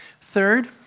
Third